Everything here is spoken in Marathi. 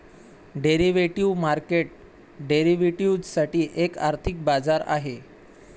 डेरिव्हेटिव्ह मार्केट डेरिव्हेटिव्ह्ज साठी एक आर्थिक बाजार आहे